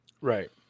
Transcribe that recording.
right